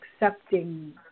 accepting